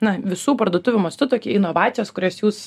na visų parduotuvių mastu tokie inovacijos kurias jūs